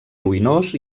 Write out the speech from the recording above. ruïnós